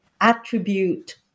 attribute